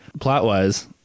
plot-wise